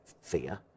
fear